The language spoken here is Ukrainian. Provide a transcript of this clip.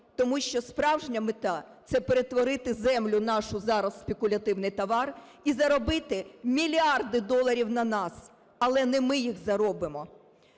тому що справжня мета – це перетворити землю нашу зараз в спекулятивний товар і заробити мільярди доларів на нас. Але не ми їх заробимо